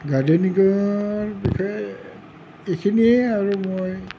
গাৰ্ডেনিঙৰ বিষয়ে এইখিনিয়ে আৰু মই